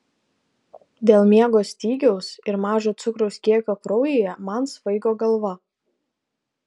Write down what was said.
dėl miego stygiaus ir mažo cukraus kiekio kraujyje man svaigo galva